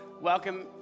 Welcome